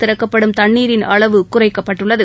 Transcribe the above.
திறக்கப்படும் தண்ணீரின் அளவு குறைக்கப்பட்டுள்ளது